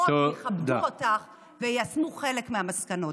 לפחות יכבדו אותך ויישמו חלק מהמסקנות.